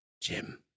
Jim